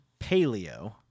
paleo